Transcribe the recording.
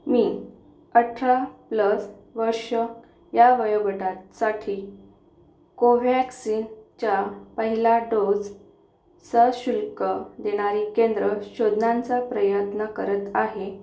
मी अठरा प्लस वर्ष या वयोगटात साठी कोव्हॅक्सिनच्या पहिला डोस सशुल्क देणारी केंद्रं शोधण्याचा प्रयत्न करत आहे